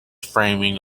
framing